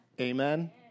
amen